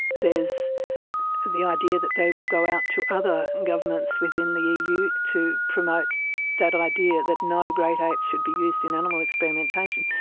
there's the idea that they will go out to other and governments within the eu to promote that idea that no great ape should be used in animal experimentation.